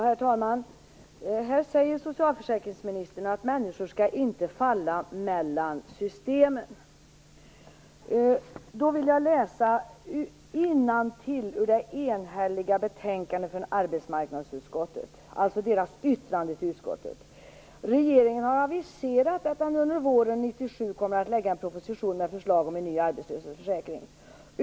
Herr talman! Här säger socialförsäkringsministern att människor inte skall falla mellan systemen. Då vill jag läsa innantill ur det enhälliga yttrandet från arbetsmarknadsutskottet, detta utan reservation: "Regeringen har aviserat att den under våren 1997 kommer att lägga en proposition med förslag om en ny arbetslöshetsförsäkring.